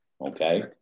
okay